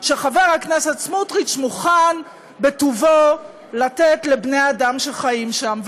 שחבר הכנסת סמוטריץ מוכן בטובו לתת לבני אדם שחיים שם.